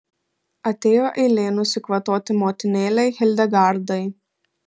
atėjo eilė nusikvatoti motinėlei hildegardai